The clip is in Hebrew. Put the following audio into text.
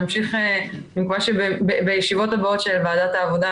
אני מקווה שבישיבות הבאות של ועדת העבודה